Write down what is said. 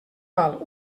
val